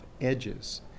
edges